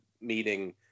meeting